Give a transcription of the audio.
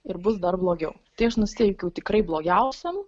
ir bus dar blogiau tai aš nusiteikiau tikrai blogiausiam